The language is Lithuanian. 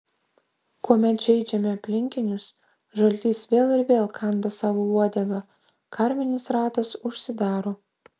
kuomet žeidžiame aplinkinius žaltys vėl ir vėl kanda savo uodegą karminis ratas užsidaro